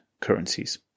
currencies